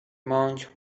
monk